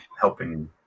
helping